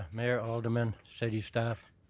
ah mayor, aldermen, city staff.